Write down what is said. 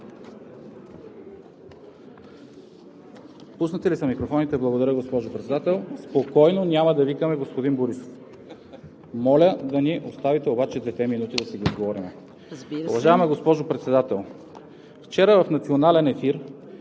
Пуснати ли са микрофоните? Благодаря, госпожо Председател. Спокойно, няма да викаме господин Борисов. Моля да ни оставите обаче двете минути да си ги изговорим. ПРЕДСЕДАТЕЛ